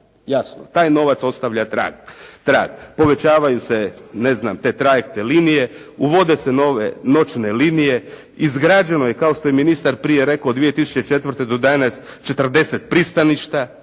Jasno taj novac ostavlja trag. Povećavaju se ne znam te trajektne linije, uvode se noćne linije, izgrađeno je kao što je ministar prije rekao 2004. do danas 40 pristaništa